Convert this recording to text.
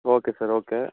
okay sir okay